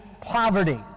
poverty